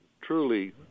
truly